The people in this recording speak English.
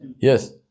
Yes